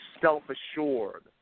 self-assured